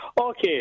Okay